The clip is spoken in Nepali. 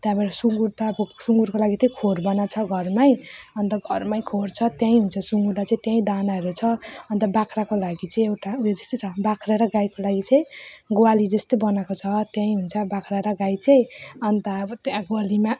त्यहाँबड सुङ्गुर त अब सुङ्गुरको लागि त्यहीँ खोर बनाएको छ घरमै अनि त घरमै खोर छ त्यही हुन्छ सुङ्गुरलाई चाहिँ त्यहीँ दानाहरू छ अनि त बाख्राको लागि चाहिँ एउटा ए यो जस्तै छ बाख्रा र गाईको लागि चाहिँ ग्वाली जस्तै बनाएको छ त्यहीँ हुन्छ बाख्रा र गाई चाहिँ अनि त अब त्यहाँ ग्वालीमा